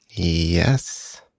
Yes